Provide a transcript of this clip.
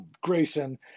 Grayson